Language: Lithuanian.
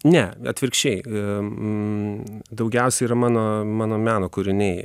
ne atvirkščiai em daugiausiai yra mano mano meno kūriniai